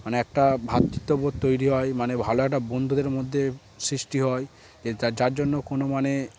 মানে একটা ভ্রাতৃত্ববোধ তৈরি হয় মানে ভালো একটা বন্ধুদের মধ্যে সৃষ্টি হয় যার জন্য কোনো মানে